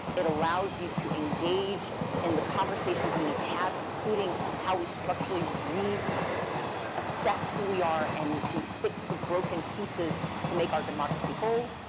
it allows you to engage in the conversations we need to have, including how we structurally ah re-assess who we are and we fix the broken pieces to make our democracy whole.